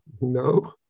no